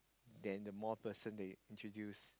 then the more person that you introduce